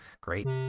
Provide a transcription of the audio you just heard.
Great